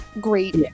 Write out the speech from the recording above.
great